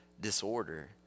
disorder